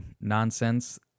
nonsense